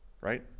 right